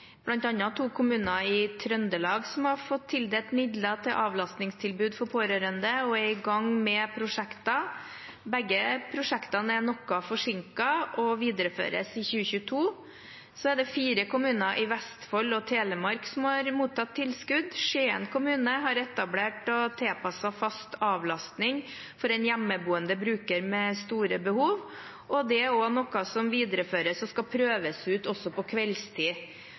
to kommuner i Trøndelag fått tildelt midler til avlastningstilbud til pårørende og er i gang med prosjekter. Begge prosjektene er noe forsinket og videreføres i 2022. Så er det fire kommuner i Vestfold og Telemark som har mottatt tilskudd. Skien kommune har etablert og tilpasset fast avlastning for en hjemmeboende bruker med store behov. Det er noe som skal videreføres og prøves ut også på kveldstid.